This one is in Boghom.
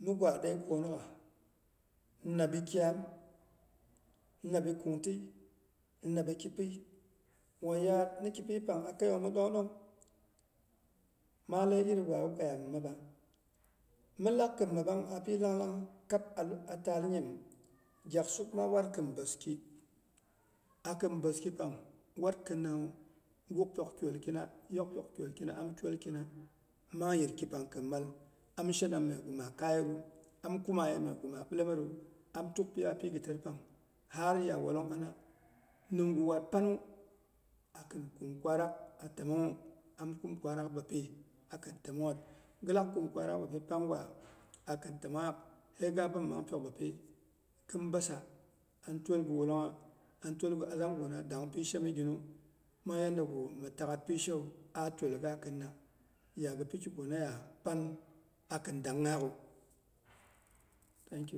migwa dei pungnungha? Nnabi kyam, nnabi kungtɨi, nnabi kipɨi, wan yaat mi kipyi pang a keiyong? Mi ɗongɗong? Maa lei irigwawu koya mi maba. Milak gin mabang api langlang kap a taal nyim. Gyaksuk maa war akin boski, akin boskipang wat kinawu, guk pyok kyokina, yok pyok kyolkina am kyolkina, mang yirki pang khin mal am shenan myegu maa kaiyem am kuma ye myegu ma bilemeru, am tukpiya pi giter pang har ya wollong ana nimguwat pannu akin kum kwarak a təmongnwu, am kum kwarak bapi a kin təmongnyet. Gilak kum kwarak bapi pang gwa a temonghaak hei ga bom mang pyok bapi. Gin bossa an twolga wollongha an twolga azamgu na dang pishe miginu, mang yandagu mi tak'ghat pishewu a twolga kinna ya ghi pikiguna ya panu akin dangnyaaghu thank you.